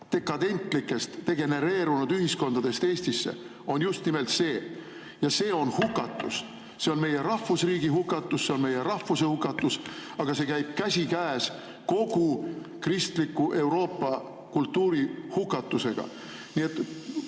dekadentlikest degenereerunud ühiskondadest Eestisse, on just nimelt see. Ja see on hukatus. See on meie rahvusriigi hukatus, see on meie rahvuse hukatus, aga see käib käsikäes kogu kristliku Euroopa kultuuri hukatusega. Nii et